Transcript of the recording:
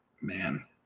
man